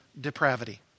depravity